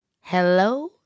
Hello